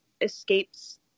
escapes